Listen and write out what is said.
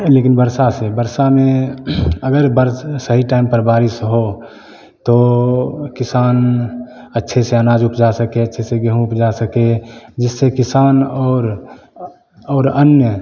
लेकिन बरसात से वर्षा में अगर वर्षा सही टाइम पर बारिश हो तो किसान अच्छे से अनाज उपजा सकें अच्छे से गेंहूँ उगा सकें जिससे किसान और और अन्य